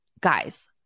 guys